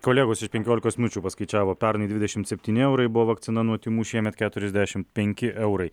kolegos iš penkiolikos minučių paskaičiavo pernai dvidešimt septyni eurai buvo vakcina nuo tymų šiemet keturiasdešimt penki eurai